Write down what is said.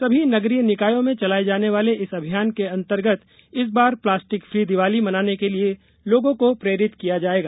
सभी नगरीय निकायो में चलाये जाने वाने इस अभियान के अंतर्गत इस बार प्लास्टिक फ्री दीवाली मनाने के लिए लोगों प्रेरित किया जायेगा